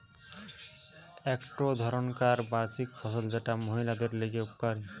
একটো ধরণকার বার্ষিক ফসল যেটা মহিলাদের লিগে উপকারী